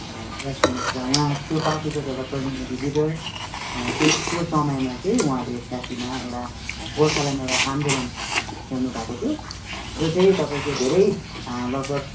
राष्ट्रिय मुक्ति मोर्चा र उहाँ त्यो पार्टीको चाहिँ एउटा प्रतिनिधि लिडर त्यो त्यो समयमा चाहिँ उहाँले छयासीमा एउटा गोर्खाल्यान्ड एउटा आन्दोलन छेड्नु भएको थियो जो चाहिँ तपाईँको धेरै लगभग